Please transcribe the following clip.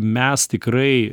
mes tikrai